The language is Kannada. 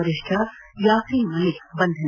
ವರಿಷ್ಡ ಯಾಸಿನ್ ಮಲ್ಲಿಕ್ ಬಂಧನ